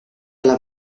alla